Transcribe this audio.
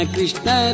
Krishna